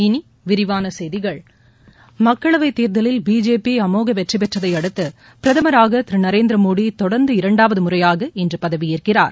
இனி விரிவான செய்திகள் மக்களவை தேர்தலில் பிஜேபி அமோக வெற்றி பெற்றதையடுத்து பிரதமராக திரு நரேந்திர மோடி தொடர்ந்து இரண்டாவது முறையாக இன்று பதவியேற்கிறார்